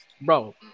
Bro